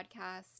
podcast